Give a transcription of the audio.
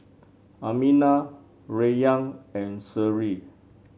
Aminah Rayyan and Seri